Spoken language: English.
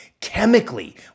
chemically